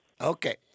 Okay